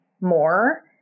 more